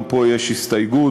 גם פה יש הסתייגות,